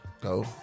go